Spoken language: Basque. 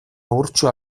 urtsua